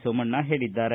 ಸೋಮಣ್ಣ ಹೇಳಿದ್ದಾರೆ